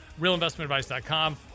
Realinvestmentadvice.com